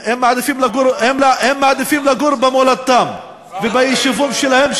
הם מעדיפים לגור במולדתם וביישובים שלהם,